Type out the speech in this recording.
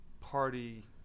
party